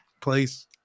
place